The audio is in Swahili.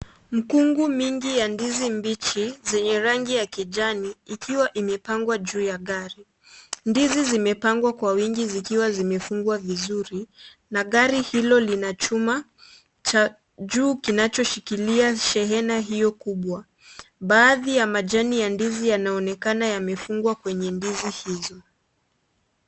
Mkungu mingi ya ndizi mbichi zenye rangi ya kijani ikiwa imepangwa juu ya gari. Ndizi zimepangwa kwa wingi zikiwa zimefungwa vizuri na gari hilo lina chuma cha juu kinachoshikilia shehena hiyo kubwa. Baadhi ya majani ya ndizi yanaonekana yamefungwa kwenye ndizi hizo.